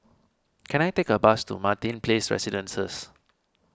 can I take a bus to Martin Place Residences